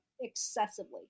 excessively